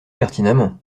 pertinemment